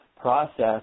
process